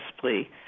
plea